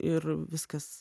ir viskas